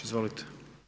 Izvolite.